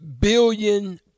billion